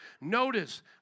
Notice